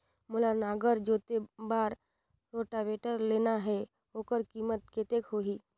मोला नागर जोते बार रोटावेटर लेना हे ओकर कीमत कतेक होही?